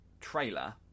trailer